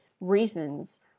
reasons